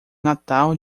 natal